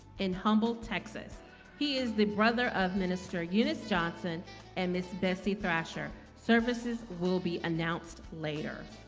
in humble, texas he is the brother of minister eunice johnson and miss bessie. thrasher services will be announced later